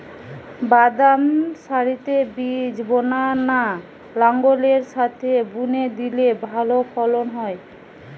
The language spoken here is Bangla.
বাদাম সারিতে বীজ বোনা না লাঙ্গলের সাথে বুনে দিলে ভালো ফলন হয়?